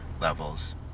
levels